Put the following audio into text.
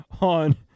on